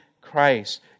Christ